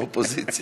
אופוזיציה.